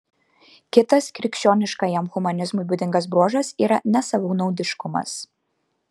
kitas krikščioniškajam humanizmui būdingas bruožas yra nesavanaudiškumas